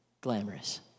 glamorous